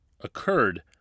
occurred